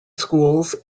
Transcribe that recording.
schools